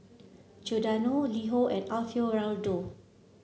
Giordano LiHo and Alfio Raldo